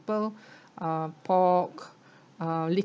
uh pork uh